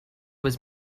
was